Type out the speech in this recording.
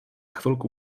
chvilku